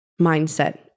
mindset